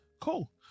Cool